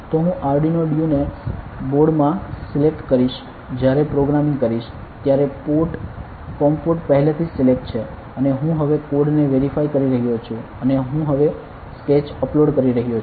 તો હું આરડ્યુનો ડ્યુને બોર્ડમા સિલેક્ટ કરીશ જ્યારે પ્રોગ્રામિંગ કરીશ ત્યારે પોર્ટ કોમ્પ પોર્ટ પહેલાથી જ સિલેક્ટ છે અને હું હવે કોડને વેરીફાઈ કરી રહ્યો છું અને હું હવે સ્કેચ અપલોડ કરી રહ્યો છું